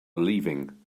leaving